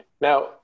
Now